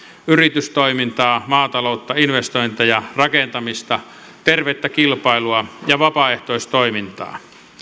yritystoimintaa maataloutta investointeja rakentamista tervettä kilpailua ja vapaaehtoistoimintaa